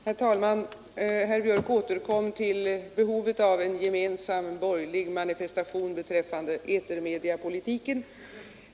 Herr talman! Herr Björk i Göteborg återkom till behovet av en gemensam borgerlig manifestation beträffande etermediapolitiken.